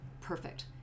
perfect